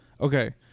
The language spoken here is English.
okay